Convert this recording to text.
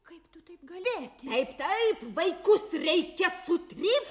kaip tu taip gali taip taip vaikus reikia sutrypti